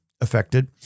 affected